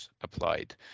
applied